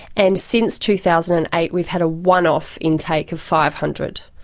and since two thousand and eight we've had a one-off intake of five hundred.